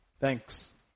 Thanks